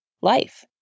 life